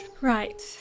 Right